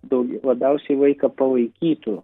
daugiau labiausiai vaiką palaikytų